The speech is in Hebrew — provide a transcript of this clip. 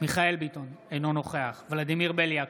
קארין אלהרר,